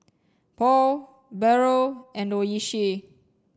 Paul Barrel and Oishi